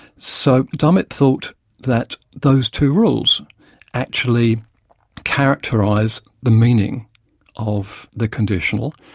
so, dummett thought that those two rules actually characterise the meaning of the conditional,